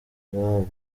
iwabo